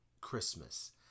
Christmas